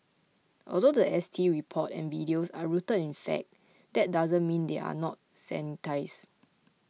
although the S T report and videos are rooted in fact that doesn't mean they are not sanitised